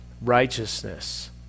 righteousness